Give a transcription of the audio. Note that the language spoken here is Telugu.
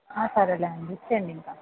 సరేలేండి ఇచ్చేయండి ఇంక